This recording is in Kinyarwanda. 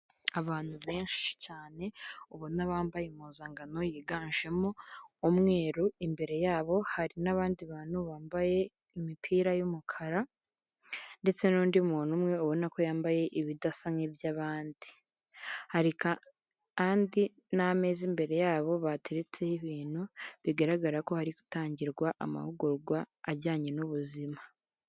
Abantu benshi cyane ubona bambaye impuzangano yiganjemo umweru, imbere yabo hari n'abandi bantu bambaye imipira y'umukara, ndetse n'undi muntu umwe ubona ko yambaye ibidasa nk'iby'abandi, hari kandi n'ameza imbere yabo, bateretseho ibintu bigaragara ko hari gutangirwa amahugurwa ajyanye n'ubuzima.